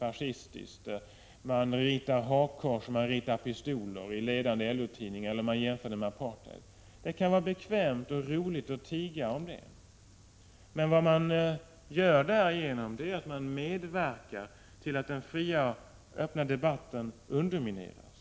1986/87:86 tiskt och fascistiskt. Man ritar hakkors och pistoler i ledande LO-tidningar 13 mars 1987 eller jämför det med apartheid. Det kan vara bekvämt och roligt att tiga om ä : Om opinionsbildningdetta, men därigenom medverkar man till att den fria och öppna debatten P! ; E a enm.m. beträffande undermineras.